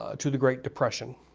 ah to the great depression